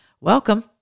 Welcome